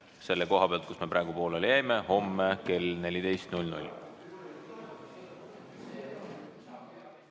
selle koha pealt, kus me praegu pooleli jäime homme kell 14.